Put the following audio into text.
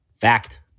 Fact